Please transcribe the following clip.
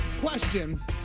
Question